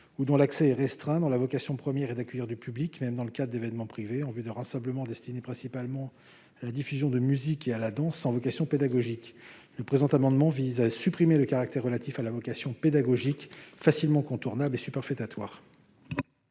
ou dont l'accès est restreint, dont la vocation première est d'accueillir du public, même dans le cadre d'événements privés, en vue d'un rassemblement destiné principalement à la diffusion de musique et à la danse, sans vocation pédagogique ». Le présent amendement vise à supprimer le critère relatif à la vocation pédagogique, facilement contournable et superfétatoire.